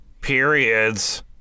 Periods